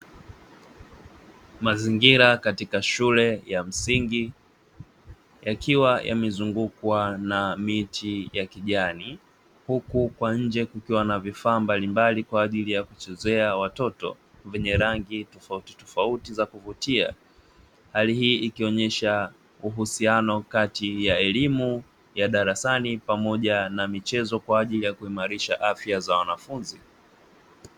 Mazingira katika shule ya msingi, yakiwa yamezungukwa na miti ya kijani huku kwa nje kukiwa na vifaa mbalimbali kwa ajili ya kuchezea watoto vyenye rangi tofauti tofauti za kuvutia. Hali hii ikionyesha uhusiano kati ya elimu ya darasani, pamoja na michezo kwa ajili ya kuimarisha afya za wanafunzi.